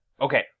Okay